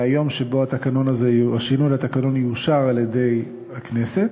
מהיום שבו השינוי לתקנון יאושר על-ידי הכנסת,